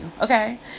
okay